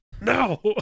No